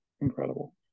incredible